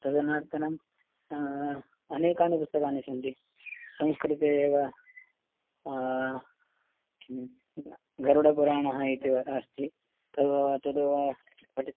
तदनन्तरं अनेकानि पुस्तकानि सन्ति संस्कृते एव किं गरुडपुराणम् इति वा अस्ति तद्वा तद्वा पठितं